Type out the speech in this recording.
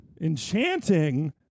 Enchanting